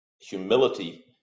humility